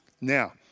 Now